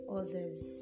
others